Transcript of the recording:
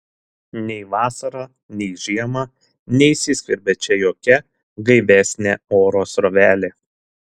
nei vasarą nei žiemą neįsiskverbia čia jokia gaivesnė oro srovelė